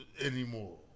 anymore